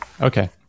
Okay